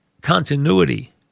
continuity